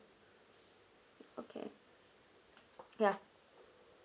okay ya